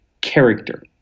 character